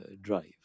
drive